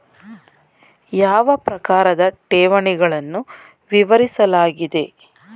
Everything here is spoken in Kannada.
ಯಾವ ಪ್ರಕಾರದ ಠೇವಣಿಗಳನ್ನು ವಿವರಿಸಲಾಗಿದೆ?